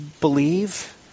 believe